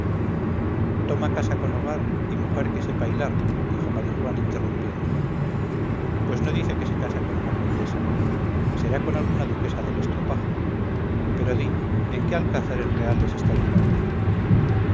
toma casa con hogar y mujer que sepa hilar dijo marijuán interrumpiéndome pues no dice que se casa con una condesa será con alguna duquesa del estropajo pero di en qué alcázares reales está tu novia